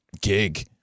gig